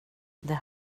det